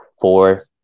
four